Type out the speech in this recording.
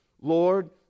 Lord